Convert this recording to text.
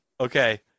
Okay